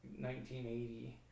1980